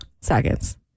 seconds